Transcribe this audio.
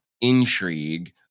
intrigue